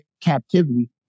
captivity